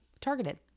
targeted